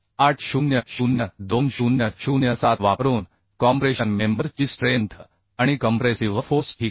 800 2007 वापरून compression member ची strength आणि कंप्रेसिव्ह फोर्स ठीक आहे